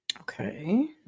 Okay